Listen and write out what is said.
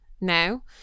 now